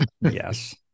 yes